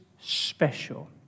special